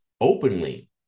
openly